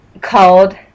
called